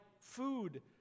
food